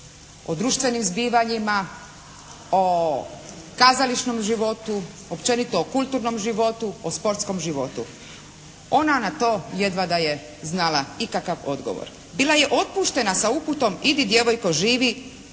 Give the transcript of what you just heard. O društvenim zbivanjima, o kazališnom životu, općenito o kulturnom životu, o sportskom životu. Ona na to jedva da je znala ikakav odgovor. Bila je otpuštena sa uputom: «Idi djevojko, živi